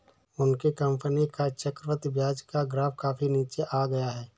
उनकी कंपनी का चक्रवृद्धि ब्याज का ग्राफ काफी नीचे आ गया है